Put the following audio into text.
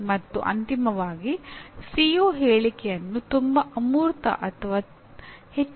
ಮತ್ತು ಅಂತಿಮವಾಗಿ ಸಿಒ ಹೇಳಿಕೆಯನ್ನು ತುಂಬಾ ಅಮೂರ್ತ ಅಥವಾ ಹೆಚ್ಚು ನಿರ್ದಿಷ್ಟವಾಗಿ ಮಾಡಬೇಡಿ